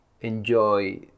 enjoy